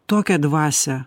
tokią dvasią